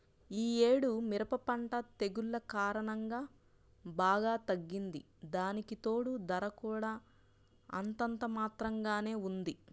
యీ యేడు మిరప పంట తెగుల్ల కారణంగా బాగా తగ్గింది, దానికితోడూ ధర కూడా అంతంత మాత్రంగానే ఉంది